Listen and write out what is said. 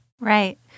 Right